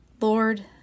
Lord